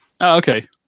okay